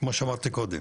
כמו שאמרתי קודם,